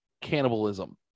cannibalism